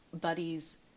buddies